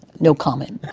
no comment.